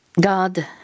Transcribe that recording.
God